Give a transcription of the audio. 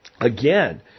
again